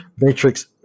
matrix